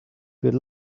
good